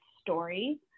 story